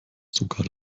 sogar